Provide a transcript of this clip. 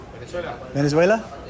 Venezuela